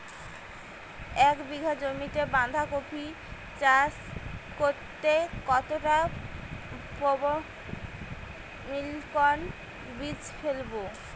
এক বিঘা জমিতে বাধাকপি চাষ করতে কতটা পপ্রীমকন বীজ ফেলবো?